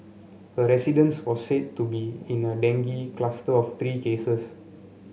her residence was said to be in a dengue cluster of three cases